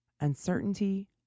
Uncertainty